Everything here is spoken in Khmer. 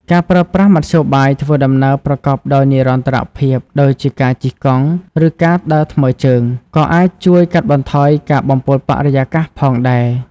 ការប្រើប្រាស់មធ្យោបាយធ្វើដំណើរប្រកបដោយនិរន្តរភាពដូចជាការជិះកង់ ឬការដើរថ្មើជើង ក៏អាចជួយកាត់បន្ថយការបំពុលបរិយាកាសផងដែរ។